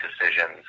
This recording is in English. decisions